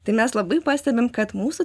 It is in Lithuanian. tai mes labai pastebim kad mūsų